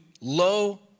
low